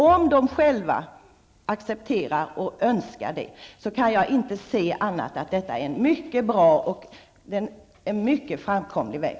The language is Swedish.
Om de själva accepterar och önskar det kan jag inte se annat än att detta är en mycket bra och mycket framkomlig väg.